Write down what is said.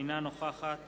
אינה נוכחת